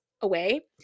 away